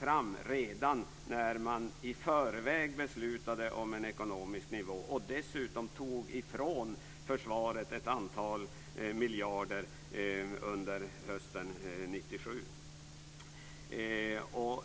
fram redan när man i förväg beslutade om en ekonomisk nivå och dessutom tog ifrån försvaret ett antal miljarder under hösten 1997.